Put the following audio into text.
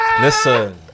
Listen